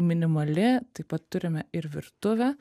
minimali taip pat turime ir virtuvę